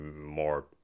more